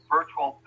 Virtual